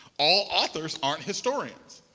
all authors aren't historians.